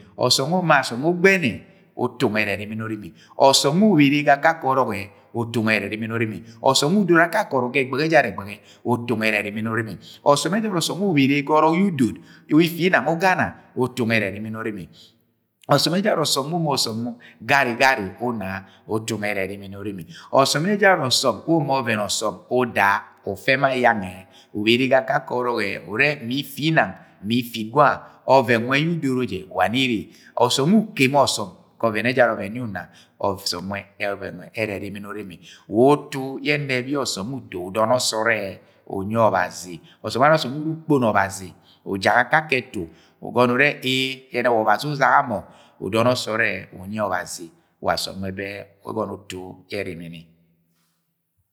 . Ọsọm we uma asọm ushɨne utu nwe ẹrẹ ẹrimini urimi. Ọsọm wẹ uru ubere ga akakẹ ọrọk ẹ utu nwe̱ ẹrẹ erimini urimi ọsọm we udoro ake, kẹ ọrọk ga ẹgbẹghẹ ẹjara ẹgbẹghe utu nwẹ erimini urimi. Ọsọm we ubere ga ọrọk ye udot, ifinang ugana utu nwe ẹrẹ erimini urimi. Ọsọm ẹjara ọsọm uma ọsọm garigari una utu nwẹ ẹrẹ erimini urimi. Ọsọm we uma ọvẹn ọsọm uda ufẹ ma yangẹ, ubere ga akakẹ ọrọk ẹ ure ma itinana, ma ifid gwa ọvẹn nwẹ nwẹ udoro je wa ne erẹ. Ọsọm wẹ uru ukemi ọsọm ga ọve̱n ejara ọvẹn yẹ una ọsọm nwe ọvẹn nwẹ ẹrẹ ẹrimini urimi Wa utu yẹ ẹnẹ b yẹ ọsọm uto, udọnọ sọọd e unyi Ọbazi Ọsọm ẹjara ọsọm wẹ uru ukpọnọ Ọbazi ga akake etu, ugọnọ e e ye̱nẹ wa Ọbazi uzaga mo, udọno sọọd unyi Obazi wa asọm nwẹ bẹ agọnọ utu yẹ erimini.